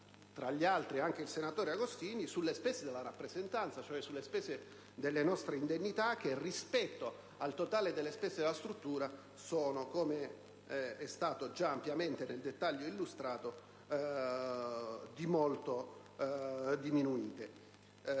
tra gli altri, anche il senatore Agostini - sulle spese della rappresentanza, sulle spese delle nostre indennità che, rispetto al totale delle spese della struttura, sono - come è stato già ampiamente e nel dettaglio illustrato - di molto diminuite,